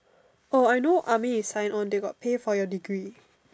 oh I know army if sign on they got pay for your degree